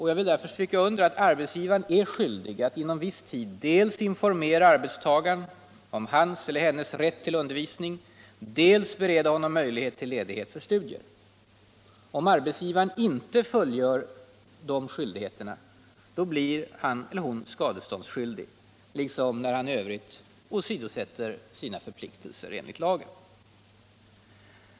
Jag vill därför stryka under att arbetsgivaren är skyldig att inom viss tid dels informera arbetstagaren om hans eller hennes rätt till undervisning, dels bereda honom hon i övrigt åsidosätter sina förpliktelser enligt lagen.